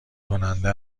کننده